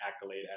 accolade